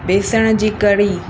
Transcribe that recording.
बेसण जी कढ़ी